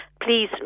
please